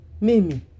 Mimi